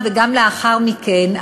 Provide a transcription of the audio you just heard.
וגם לאחר מכן,